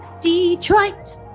Detroit